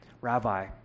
rabbi